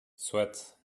soit